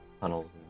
tunnels